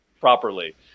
properly